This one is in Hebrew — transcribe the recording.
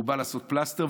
הוא בא לעשות פלסטר,